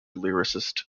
lyricist